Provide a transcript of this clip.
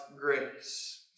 grace